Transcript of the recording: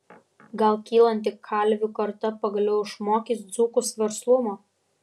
gal kylanti kalvių karta pagaliau išmokys dzūkus verslumo